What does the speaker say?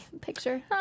Picture